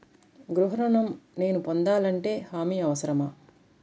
గృహ ఋణం నేను పొందాలంటే హామీ అవసరమా?